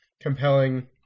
compelling